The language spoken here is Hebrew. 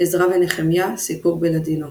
עזרא ונחמיה – סיפור בלאדינו